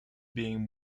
being